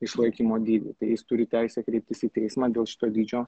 išlaikymo dydį tai jis turi teisę kreiptis į teismą dėl šito dydžio